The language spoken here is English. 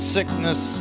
Sickness